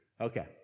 Okay